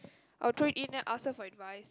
or throw in then ask her for advice